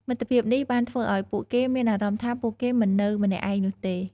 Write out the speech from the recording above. មិត្តភាពនេះបានធ្វើឱ្យពួកគេមានអារម្មណ៍ថាពួកគេមិននៅម្នាក់ឯងនោះទេ។